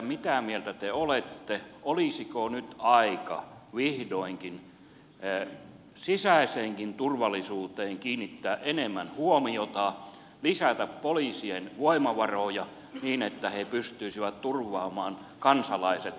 mitä mieltä te olette olisiko nyt aika vihdoinkin sisäiseenkin turvallisuuteen kiinnittää enemmän huomiota ja lisätä poliisien voimavaroja niin että he pystyisivät turvaamaan kansalaiset kaikissa tilanteissa